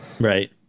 Right